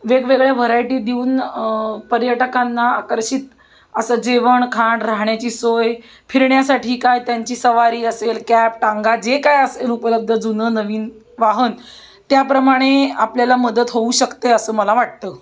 वेगवेगळ्या व्हरायटी दिऊन पर्यटकांना आकर्षित असं जेवण खाण राहण्याची सोय फिरण्यासाठी काय त्यांची सवारी असेल कॅप टांगा जे काय असेल उपलब्ध जुनं नवीन वाहन त्याप्रमाणे आपल्याला मदत होऊ शकते असं मला वाटतं